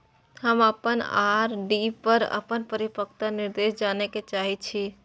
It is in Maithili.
हम अपन आर.डी पर अपन परिपक्वता निर्देश जाने के चाहि छी